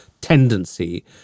tendency